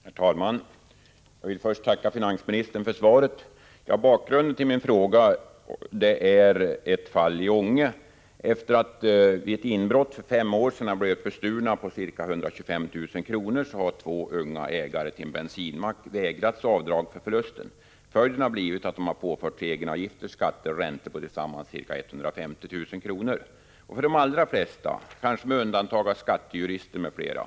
Herr talman! Jag vill först tacka finansministern för svaret. Bakgrunden till min fråga är ett fall i Ånge. Två unga bensinmacksägare, som för fem år sedan vid ett inbrott blev bestulna på ca 125 000 kr., har vägrats avdrag för förlusten. Följden har blivit att de påförts egenavgifter, skatter och räntor på tillsammans ca 150 000 kr. För de allra flesta — kanske med undantag av skattejurister m.fl. - upplevs — Prot.